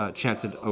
chanted